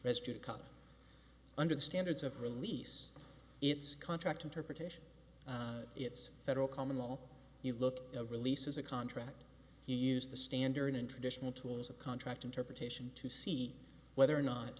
cut under the standards of release it's contract interpretation it's federal common law you look a release is a contract you use the standard and traditional tools of contract interpretation to see whether or not